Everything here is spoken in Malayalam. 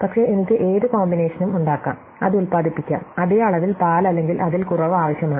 പക്ഷേ എനിക്ക് ഏത് കോമ്പിനേഷനും ഉണ്ടാക്കാം അത് ഉത്പാദിപ്പിക്കാം അതേ അളവിൽ പാൽ അല്ലെങ്കിൽ അതിൽ കുറവ് ആവശ്യമാണ്